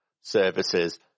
services